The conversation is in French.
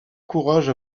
courage